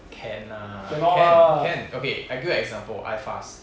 can lah can can okay I give you example ifast